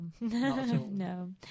no